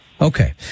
Okay